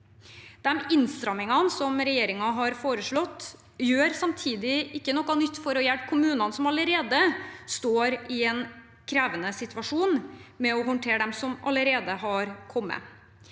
De innstramningene regjeringen har foreslått, gjør samtidig ikke noe nytt for å hjelpe kommunene som allerede står i en krevende situasjon med å håndtere dem som allerede har kommet.